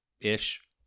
ish